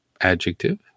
adjective